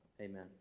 Amen